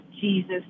Jesus